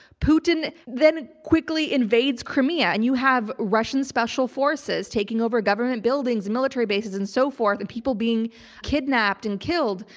putin then quickly invades crimea and you have russian special forces taking over government buildings, military bases and so forth and people being kidnapped and killed.